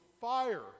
fire